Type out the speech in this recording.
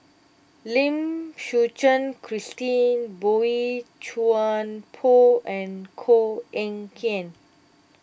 Lim Suchen Christine Boey Chuan Poh and Koh Eng Kian